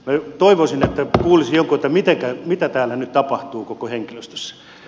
minä toivoisin että kuulisin joltakin mitä täällä nyt tapahtuu koko henkilöstössä